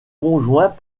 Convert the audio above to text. conjoints